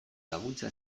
laguntza